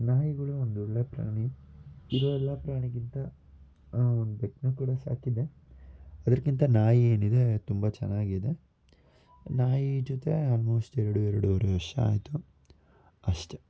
ನಾಯಿಗಳು ಒಂದು ಒಳ್ಳೆಯ ಪ್ರಾಣಿ ಇರೋ ಎಲ್ಲ ಪ್ರಾಣಿಗಿಂತ ಒಂದು ಬೆಕ್ಕನ್ನ ಕೂಡ ಸಾಕಿದ್ದೆ ಅದಕ್ಕಿಂತ ನಾಯಿ ಏನಿದೆ ತುಂಬ ಚೆನ್ನಾಗಿದೆ ನಾಯಿ ಜೊತೆ ಆಲ್ಮೋಸ್ಟ್ ಎರಡು ಎರಡೂವರೆ ವರ್ಷ ಆಯಿತು ಅಷ್ಟೆ